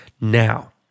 Now